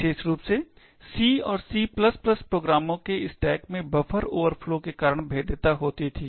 विशेष रूप से सी और सी प्रोग्रामों के स्टैक में बफर ओवरफ्लो के कारण भेद्यता होती थी